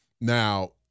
Now